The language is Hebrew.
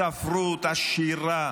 הספרות, השירה.